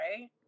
right